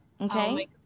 Okay